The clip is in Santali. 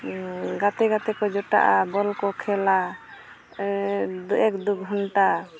ᱜᱟᱛᱮ ᱜᱟᱛᱮ ᱠᱚ ᱡᱚᱴᱟᱜᱼᱟ ᱵᱚᱞ ᱠᱚ ᱠᱷᱮᱞᱟ ᱮᱠ ᱫᱩ ᱜᱷᱚᱱᱴᱟ